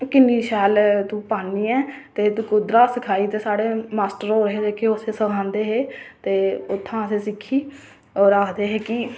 कि किन्नी शैल तू पान्नी ऐं ते तू कुद्धरा सखाई ते साढ़े मास्टर होर असेंगी सखांदे हे ते उत्थूं असें सिक्खी